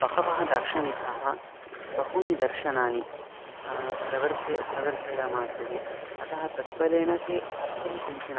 बहवः दार्शनिकाः बहूनि दर्शनानि प्रवर्तन्ते प्रवर्तयामासुः अतः तद्बलेन ते तत्त्वं किञ्चिन